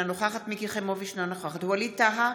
אינה נוכחת מיקי חיימוביץ' אינה נוכחת ווליד טאהא,